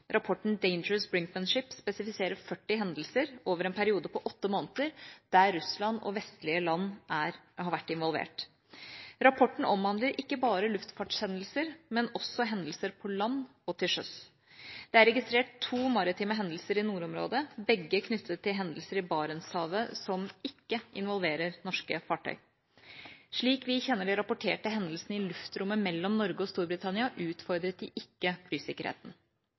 Rapporten «Dangerous Brinkmanship» spesifiserer 40 hendelser over en periode på åtte måneder der Russland og vestlige land har vært involvert. Rapporten omhandler ikke bare luftfartshendelser, men også hendelser på land og til sjøs. Det er registrert to maritime hendelser i nordområdet, begge knyttet til hendelser i Barentshavet som ikke involverer norske fartøy. Slik vi kjenner de rapporterte hendelsene i luftrommet mellom Norge og Storbritannia, utfordret de ikke flysikkerheten.